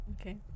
Okay